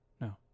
no